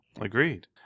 Agreed